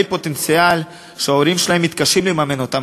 פוטנציאל שההורים שלהם מתקשים לממן אותם?